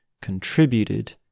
contributed